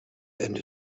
ende